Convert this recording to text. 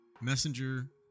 messenger